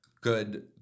good